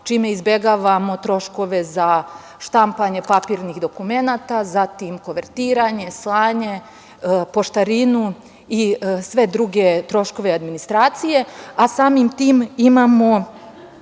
čime izbegavamo troškove za štampanje papirnih dokumenata, zatim kovertiranje, slanje, poštarinu i sve druge troškove administracije. Samim tim, imamo